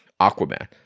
Aquaman